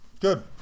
Good